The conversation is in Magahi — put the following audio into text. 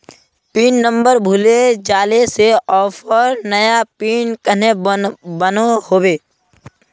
पिन नंबर भूले जाले से ऑफर नया पिन कन्हे बनो होबे?